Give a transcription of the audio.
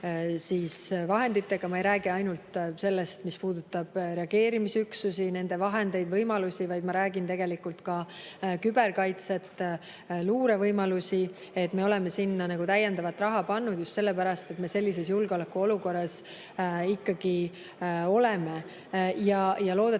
vahenditega. Ma ei räägi ainult sellest, mis puudutab reageerimisüksusi, nende vahendeid, võimalusi, vaid ma räägin tegelikult ka küberkaitsest, luurevõimalustest. Me oleme sinna täiendavat raha pannud just sellepärast, et me oleme sellises julgeolekuolukorras. Ja loodetavasti